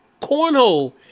Cornhole